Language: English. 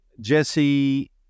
Jesse